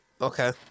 Okay